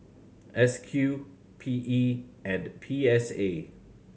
S Q P E and P S A